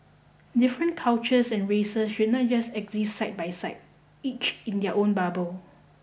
different cultures and races should not just exist side by side each in their own bubble